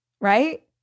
Right